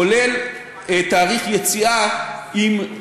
כולל תאריך יציאה עם,